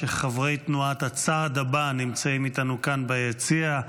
אני רוצה לציין שחברי תנועת "הצעד הבא" נמצאים איתנו כאן ביציע.